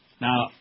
Now